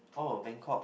oh Bangkok